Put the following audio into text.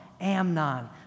Amnon